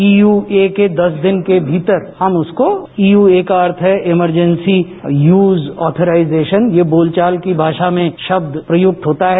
ईयूके के दस दिन के भीतर हम उसकों यू ए का अर्थ है इमरजैंसी यूज आथोराइजेशन ये बोलचाल की भाषा में शब्दक प्रयुक्त होता है